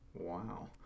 wow